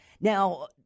Now